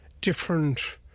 different